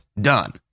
done